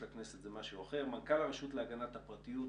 הכנסת זה משהו אחר - מנכ"ל הרשות להגנת הפרטיות,